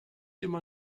immer